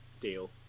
deal